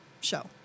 show